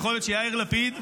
יכול להיות שיאיר לפיד,